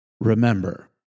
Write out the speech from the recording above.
Remember